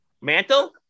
Mantle